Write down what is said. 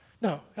No